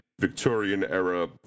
Victorian-era